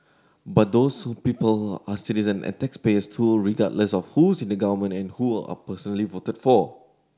but those people are citizen and taxpayers too regardless of who's in government and who are personally voted for